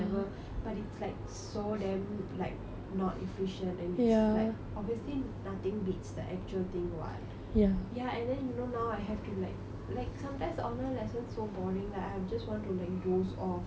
but it's like so damn like not efficient and it's like obviously nothing beats the actual thing what ya and then you know now I have to like like sometimes online lessons so boring like I have just want to like doze off like